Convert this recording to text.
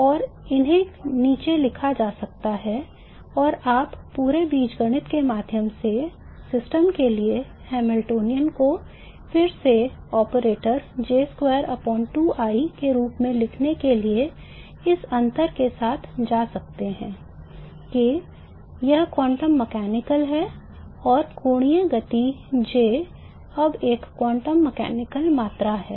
और इन्हें नीचे लिखा जा सकता है और आप पूरे बीजगणित के माध्यम से सिस्टम के लिए हैमिल्टनियन को फिर से ऑपरेटर के रूप में लिखने के लिए इस अंतर के साथ जा सकते हैं कि यह क्वांटम मैकेनिकल है और कोणीय गति J अब एक क्वांटम मैकेनिकल मात्रा है